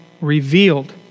revealed